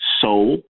soul